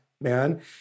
man